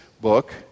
book